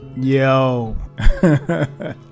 Yo